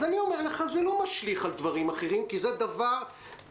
אז אני אומר לך: זה לא משליך על דברים אחרים כי זה דבר נקודתי.